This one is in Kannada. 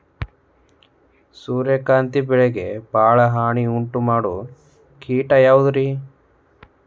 ಸೂರ್ಯಕಾಂತಿ ಬೆಳೆಗೆ ಭಾಳ ಹಾನಿ ಉಂಟು ಮಾಡೋ ಕೇಟ ಯಾವುದ್ರೇ?